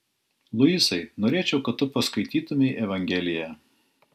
luisai norėčiau kad tu paskaitytumei evangeliją